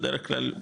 בדרך כלל,